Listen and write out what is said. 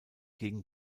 gegen